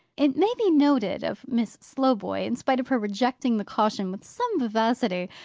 it may be noted of miss slowboy, in spite of her rejecting the caution with some vivacity,